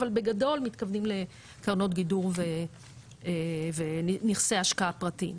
אבל בגדול מתכוונים לקרנות גידור ונכסי השקעה פרטיים.